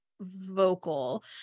vocal